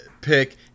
pick